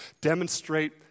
demonstrate